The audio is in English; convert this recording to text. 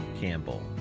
Campbell